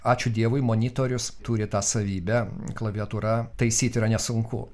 ačiū dievui monitorius turi tą savybę klaviatūra taisyti yra nesunku